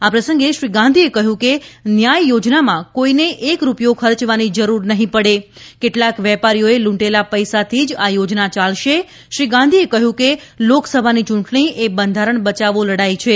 આ પ્રસંગે શ્રી ગાંધીએ કહ્યું કે ન્યાય યોજનામાં કોઇનેય એક રૂપિયો ખર્ચવાની જરૂર નહીં પડે કેટલાક વેપારીઓએ લૂંટેલા પૈસાથી જ આ યોજના યાલશે શ્રી ગાંધીએ કહ્યું કે લોકસભાની ચૂંટણી એ બંધારણ બચાવો લડાઇ છે